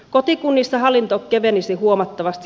kotikunnissa hallinto kevenisi huomattavasti